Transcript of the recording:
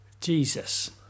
Jesus